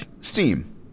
Steam